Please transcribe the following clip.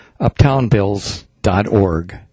UptownBills.org